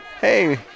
Hey